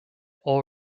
all